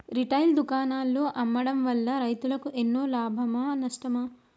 Retail దుకాణాల్లో అమ్మడం వల్ల రైతులకు ఎన్నో లాభమా నష్టమా?